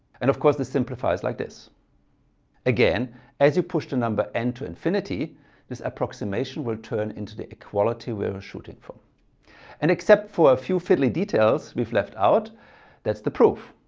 and of course this simplifies like this again as you push the number n to infinity this approximation will turn into the equality we were shooting for and except for a few fiddly details we've left out that's the proof.